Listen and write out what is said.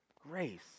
Grace